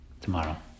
tomorrow